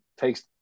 takes